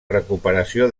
recuperació